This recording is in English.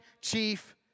chief